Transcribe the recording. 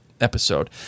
episode